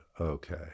okay